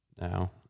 Now